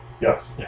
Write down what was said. Yes